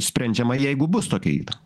sprendžiama jeigu bus tokia yta